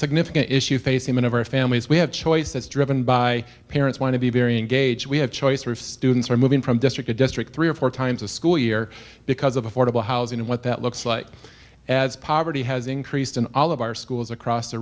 significant issue facing one of our families we have choice that's driven by parents want to be very engaged we have choice of students are moving from district a district three or four times a school year because of affordable housing and what that looks like as poverty has increased in all of our schools across the